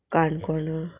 काणकोणा